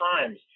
times